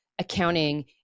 accounting